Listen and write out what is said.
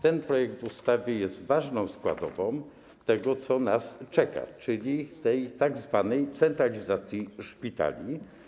Ten projekt ustawy jest ważną składową tego, co nas czeka, czyli tej tzw. centralizacji szpitali.